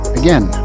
again